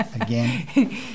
again